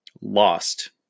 lost